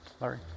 Larry